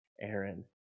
Aaron